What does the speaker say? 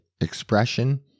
expression